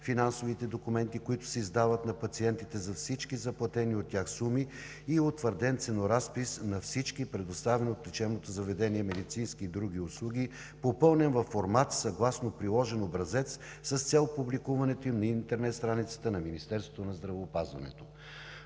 финансовите документи, които се издават на пациентите за всички заплатени от тях суми, и утвърден ценоразпис на всички предоставяни от лечебното заведение медицински и други услуги, попълнен във формат съгласно приложен образец с цел публикуването им на интернет страницата на Министерството на здравеопазването.